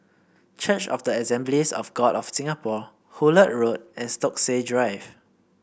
Church of the Assemblies of God of Singapore Hullet Road and Stokesay Drive